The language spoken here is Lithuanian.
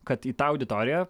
kad į tą auditoriją